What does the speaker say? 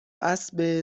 اسب